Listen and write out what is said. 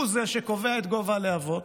הוא זה שקובע את גובה הלהבות,